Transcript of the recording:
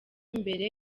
mbere